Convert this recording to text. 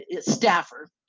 staffer